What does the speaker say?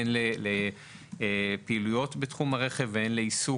הן לפעילויות בתחום הרכב והן לעיסוק?